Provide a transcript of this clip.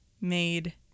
made